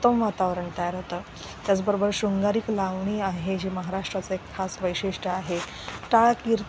उत्तम वातावरण तयार होतं त्याचबरोबर शृंगारीक लावणी आहे जे महाराष्ट्राचं एक खास वैशिष्ट आहे टाळाकीर्